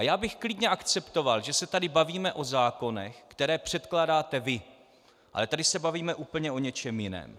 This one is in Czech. Já bych klidně akceptoval, že se tady bavíme o zákonech, které předkládáte vy, ale tady se bavíme úplně o něčem jiném.